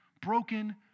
Broken